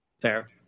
Fair